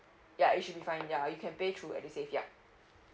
ya it should be fine ya you can pay through edusave ya